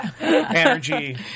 Energy